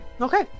Okay